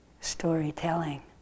storytelling